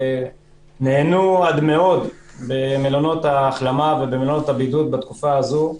שנהנו עד מאוד במלונות ההחלמה ובמלונות הבידוד בתקופה הזו.